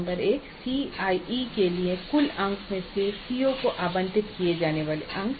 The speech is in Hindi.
नंबर एक सीआईई के लिए कुल अंक में से सीओ को आवंटित किए जाने वाले अंक